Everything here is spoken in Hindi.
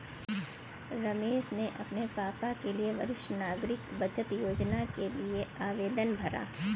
रमेश ने अपने पापा के लिए वरिष्ठ नागरिक बचत योजना के लिए आवेदन भरा